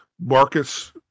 Marcus